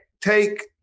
take